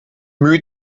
mühe